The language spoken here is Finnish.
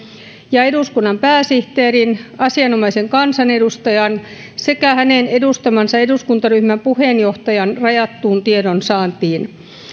ja eduskunnan pääsihteerin asianomaisen kansanedustajan sekä hänen edustamansa eduskuntaryhmän puheenjohtajan rajattuun tiedonsaantiin